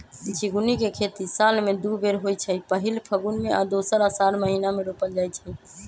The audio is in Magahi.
झिगुनी के खेती साल में दू बेर होइ छइ पहिल फगुन में आऽ दोसर असाढ़ महिना मे रोपल जाइ छइ